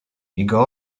jego